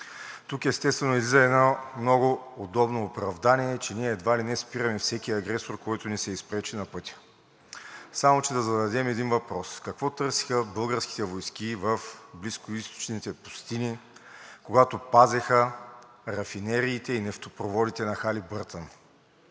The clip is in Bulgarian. Тук естествено излиза едно много удобно оправдание, че ние едва ли не спираме всеки агресор, който ни се изпречи на пътя. Само че да зададем един въпрос: какво търсеха българските войски в близкоизточните пустини, когато пазеха рафинериите и нефтопроводите на Халибъртън?